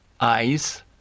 eyes